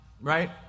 Right